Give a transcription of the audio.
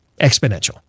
exponential